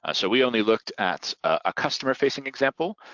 ah so we only looked at a customer facing example,